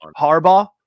Harbaugh